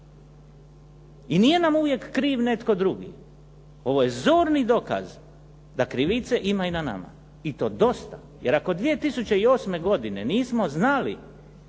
I nije nam uvijek kriv netko drugi. Ovo je zorni dokaz da krivice ima i na nama i to dosta, jer ako 2008. godine nismo znali